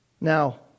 Now